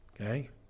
Okay